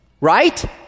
right